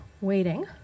waiting